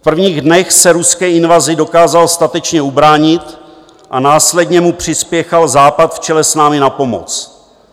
V prvních dnech se ruské invazi dokázal statečně ubránit a následně mu přispěchal Západ v čele s námi na pomoc.